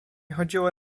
chodziło